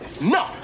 no